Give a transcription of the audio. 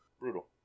Brutal